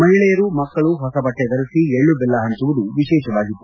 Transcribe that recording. ಮಹಿಳೆಯರು ಮಕ್ಕಳು ಹೊಸ ಬಟ್ಟೆ ಧರಿಸಿ ಎಳ್ಳು ಬೆಲ್ಲ ಹಂಚುತ್ತಿರುವುದು ವಿಶೇಷವಾಗಿತ್ತು